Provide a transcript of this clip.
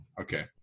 Okay